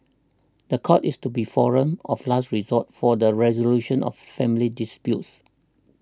the court is to be the forum of last resort for the resolution of family disputes